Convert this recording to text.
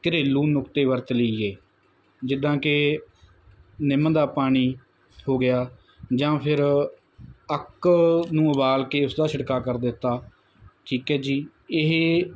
ਘਰੇਲੂ ਨੁਕਤੇ ਵਰਤ ਲਈਏ ਜਿੱਦਾਂ ਕਿ ਨਿੰਮ ਦਾ ਪਾਣੀ ਹੋ ਗਿਆ ਜਾਂ ਫਿਰ ਅੱਕ ਨੂੰ ਉਬਾਲ ਕੇ ਉਸਦਾ ਛਿੜਕਾਅ ਕਰ ਦਿੱਤਾ ਠੀਕ ਹੈ ਜੀ ਇਹ